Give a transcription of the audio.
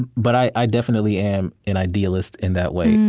but i definitely am an idealist in that way,